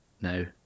No